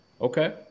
Okay